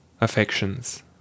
Affections